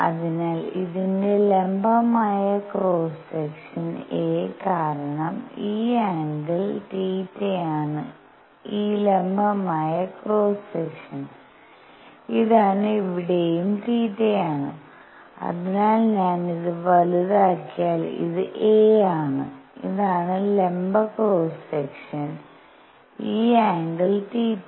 അതിനാൽ ഇതിന്റെ ലംബമായ ക്രോസ് സെക്ഷൻ a കാരണം ഈ ആംഗിൾ തീറ്റയാണ് ഈ ലംബമായ ക്രോസ് സെക്ഷൻ ഇതാണ് ഇവിടെയും തീറ്റയാണ് അതിനാൽ ഞാൻ ഇത് വലുതാക്കിയാൽ ഇത് a ആണ് ഇതാണ് ലംബ ക്രോസ് സെക്ഷൻ ഈ ആംഗിൾ തീറ്റ